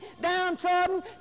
downtrodden